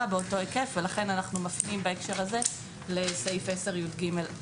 באותו היקף ולכן אנחנו מפנים בהקשר הזה לסעיף 10יג(א).